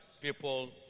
people